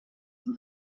can